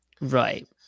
Right